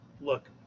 look